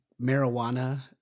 marijuana